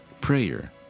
Prayer